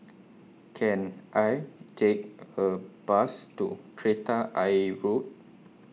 Can I Take A Bus to Kreta Ayer Road